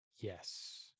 Yes